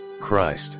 Christ